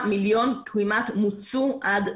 ה-5 מיליון מוצו כמעט עד תום.